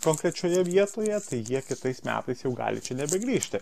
konkrečioje vietoje tai jie kitais metais jau gali čia nebegrįžti